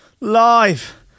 live